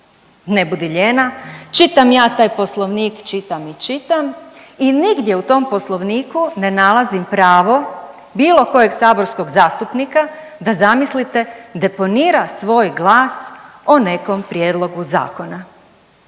Ne budi lijena čitam ja taj poslovnik, čitam i čitam i nigdje u tom poslovniku ne nalazim pravo bilo kojeg saborskog zastupnika, da zamislite, deponira svoj glasa o nekom prijedlogu zakona.